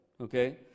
okay